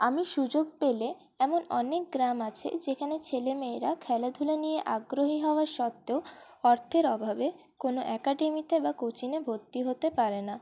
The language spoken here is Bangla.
আমি সুযোগ পেলে এমন অনেক গ্রাম আছে যেখানে ছেলে মেয়েরা খেলাধূলা নিয়ে আগ্রহী হওয়া সত্ত্বেও অর্থের অভাবে কোনও অ্যাকাডেমিতে বা কোচিংয়ে ভর্তি হতে পারে না